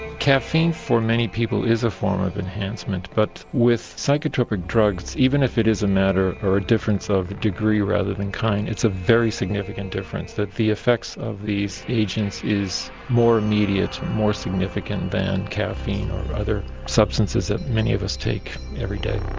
caffeine for many people is a form of enhancement, but with psychotropic drugs even if it is a matter or a difference of degree rather than kind, it's a very significant difference that the effects of these agents is more immediate, more significant than caffeine or other substances that many of us take every day.